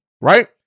right